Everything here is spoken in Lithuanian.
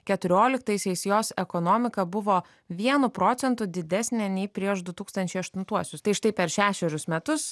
keturioliktaisiais jos ekonomika buvo vienu procentu didesnė nei prieš du tūkstančiai aštuntuosius tai štai per šešerius metus